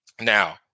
Now